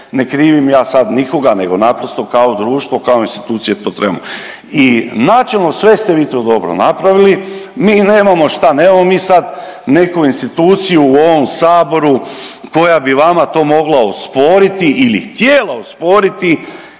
ne krivim ja sad nikoga nego naprosto kao društvo, kao institucije to trebamo i načelno sve ste vi to dobro napravili, mi nemamo šta, nemamo mi sad neku instituciju u ovom Saboru koja bi vama to mogla usporiti ili htjela usporiti